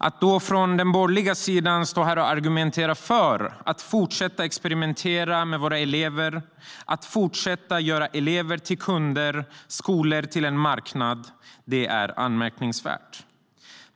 Att de borgerliga då står här och argumenterar för att fortsätta att experimentera med våra elever och fortsätta att göra elever till kunder och skolor till en marknad är anmärkningsvärt.